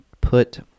put